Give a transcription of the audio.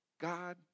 God